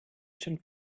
schon